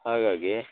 ಹಾಗಾಗಿ